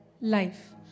life